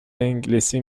انگلیسی